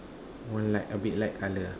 one like a bit light colour ah